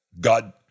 God